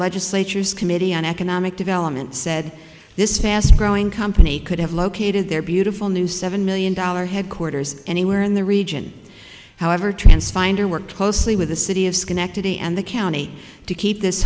legislature's committee on economic development said this fast growing company could have located their beautiful new seven million dollar headquarters anywhere in the region however trance finder worked closely with the city of schenectady and the county to keep this